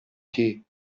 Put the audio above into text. che